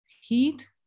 heat